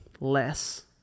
less